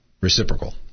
reciprocal